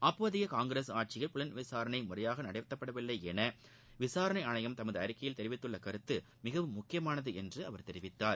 அப்போதைய காங்கிரஸ் ஆட்சியில் புலன் விசாரணை முறையாக நடத்தப்படவில்லை என விசாரணை ஆணையம் தமது அறிக்கையில் தெரிவித்துள்ள கருத்து மிகவும் முக்கியமானது என்று அவர் கூறினார்